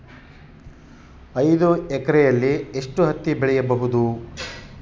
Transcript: ಐದು ಎಕರೆಯಲ್ಲಿ ಎಷ್ಟು ಹತ್ತಿ ಬೆಳೆಯಬಹುದು?